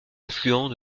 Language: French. affluent